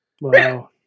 Wow